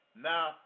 Now